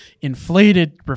inflated